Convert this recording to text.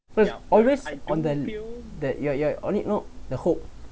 first the hope